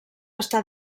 està